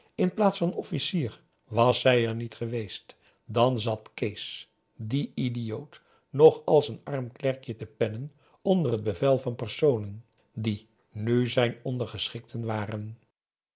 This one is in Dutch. in plaats van officier was zij er niet geweest dan zat kees die idioot nog als n arm klerkje te pennen onder t bevel van personen die nu zijn ondergeschikten waren